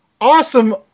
awesome